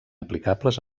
aplicables